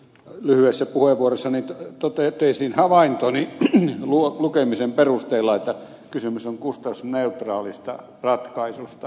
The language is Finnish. lyhyessä puheenvuorossani totesin havaintoni lukemisen perusteella että kysymys on kustannusneutraalista ratkaisusta